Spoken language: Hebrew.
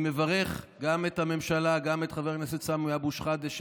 אני מברך גם את הממשלה וגם את חבר הכנסת סמי אבו שחאדה,